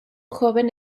joven